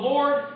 Lord